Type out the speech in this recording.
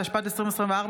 התשפ"ד 2024,